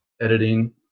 editing